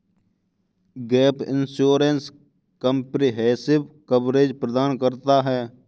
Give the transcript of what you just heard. gap insurance comprehensive coverage प्रदान करता है